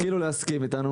ישכילו להסכים אתנו,